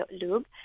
lube